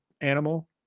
animal